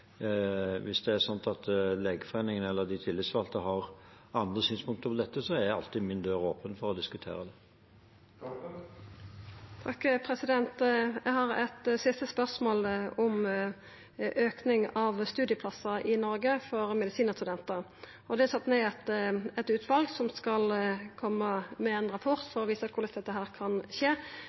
min dør alltid åpen for å diskutere det. Eg har eit siste spørsmål om auke av studieplassar i Noreg for medisinarstudentar. Det er sett ned eit utval som skal koma med ein rapport og visa korleis dette kan skje.